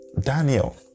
Daniel